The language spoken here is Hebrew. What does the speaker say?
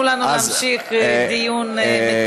חבר הכנסת אמסלם, תנו לנו להמשיך דיון מתורבת.